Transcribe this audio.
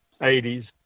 80s